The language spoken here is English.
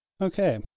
Okay